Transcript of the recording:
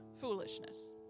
foolishness